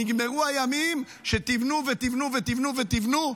נגמרו הימים שתבנו ותבנו ותבנו ותבנו,